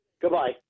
Goodbye